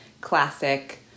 classic